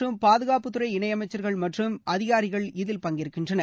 மற்றும் பாதுகாப்புத்துறை இணையமைச்சர்கள் மற்றும் அதிகாரிகள் வெளியுறவு இதில் பங்கேற்கின்றனர்